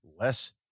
less